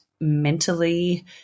mentally